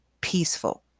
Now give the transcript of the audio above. peaceful